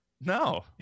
No